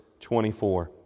24